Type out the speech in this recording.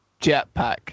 Jetpack